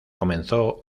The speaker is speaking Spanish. comenzó